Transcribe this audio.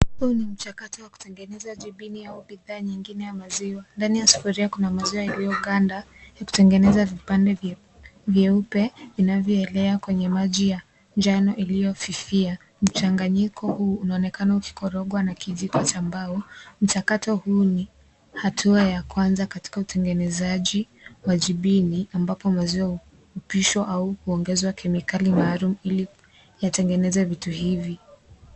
Huu ni mchakato wa kutengeneza jibini au bidhaa nyingine ya maziwa. Ndani ya sufuria kuna maziwa iliyoganda na kutengeza vipande vyeupe vinavyoelea kwenye maji ya njano iliyofifia. Mchanganyiko hu unaonekana ukikorogwa na kijiko cha mbao. Mchakato huu ni hatua ya kwanza katika utengenezaji wa jibini ambapo maziwa hupishwa au kuongezwa kemikali maalum ili yatengeneze vitu hivi.